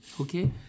Okay